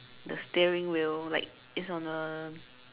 the steering wheel like it's on the